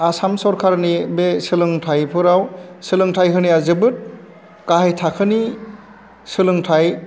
आसाम सरकारनि बे सोलोंथाइफोराव सोलोंथाइ होनाया जोबोद गाहाइ थाखोनि सोलोंथाइ